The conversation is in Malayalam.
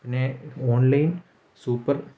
പിന്നെ ഓൺലൈൻ സൂപ്പർ